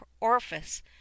orifice